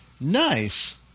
Nice